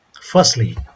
Firstly